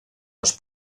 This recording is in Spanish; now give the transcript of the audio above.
los